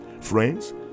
Friends